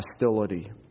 hostility